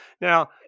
Now